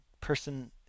person